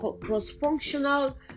cross-functional